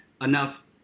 enough